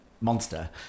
monster